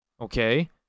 Okay